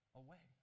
away